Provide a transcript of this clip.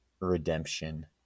Redemption